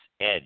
edge